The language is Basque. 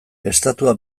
estatua